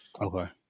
Okay